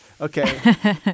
Okay